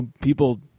people